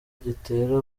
gitera